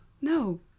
no